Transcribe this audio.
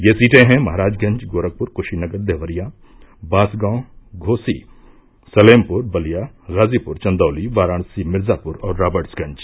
ये सीटें हैं महराजगंज गोरखपुर कूशीनगर देवरिया बांसगांव घोसी सलेमपुर बलिया गाजीपुर चन्दौली वाराणसी मिर्जाप्र और राबर्ट्सगंज